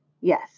Yes